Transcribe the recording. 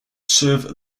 serve